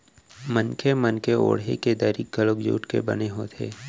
मनखे मन के ओड़हे के दरी घलोक जूट के बने होथे